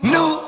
New